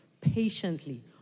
patiently